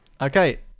Okay